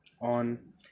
on